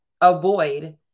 avoid